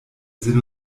sinn